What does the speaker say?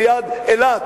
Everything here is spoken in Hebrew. ליד אילת,